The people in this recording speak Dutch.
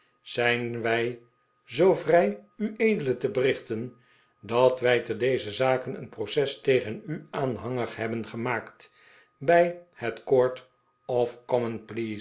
zijn wij zoo vrij ued te berichten dat wij te dezer zake een proces tegen u aanhangig hebben gemaakt bij het court of